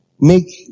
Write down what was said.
make